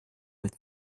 with